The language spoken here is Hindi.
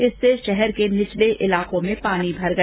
इससे शहर के निचले इलाकों में पानी भर गया